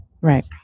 Right